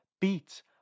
beats